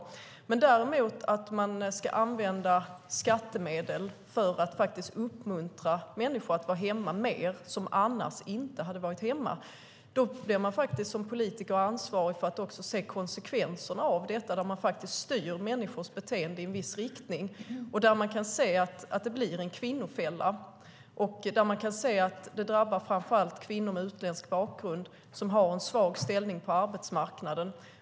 Ska man däremot använda skattemedel till att uppmuntra människor som annars inte hade varit hemma att vara hemma mer blir man som politiker ansvarig för att se konsekvenserna av att man faktiskt styr människors beteende i en viss riktning. Vi kan se att det blir en kvinnofälla, och vi kan se att det drabbar framför allt kvinnor med utländsk bakgrund som har en svag ställning på arbetsmarknaden.